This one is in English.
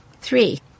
Three